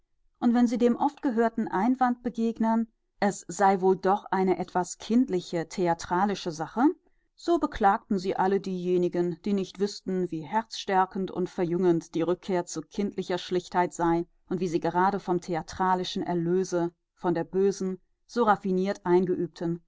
und wenn sie dem oft gehörten einwand begegnen es sei wohl doch eine etwas kindliche theatralische sache so beklagten sie alle diejenigen die nicht wüßten wie herzstärkend und verjüngend die rückkehr zu kindlicher schlichtheit sei und wie sie gerade vom theatralischen erlöse von der bösen so raffiniert eingeübten